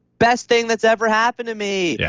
best thing that's ever happened to me. yeah